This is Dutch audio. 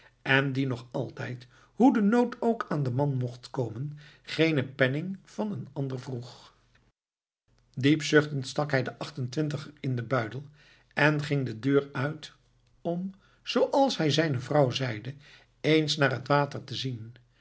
en die nog altijd hoe de nood ook aan den man mocht komen geenen penning van een ander vroeg diep zuchtend stak hij den achtentwintiger in den buidel en ging de deur uit om zooals hij zijne vrouw zeide eens naar het water te zien